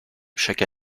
chaque